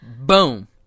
boom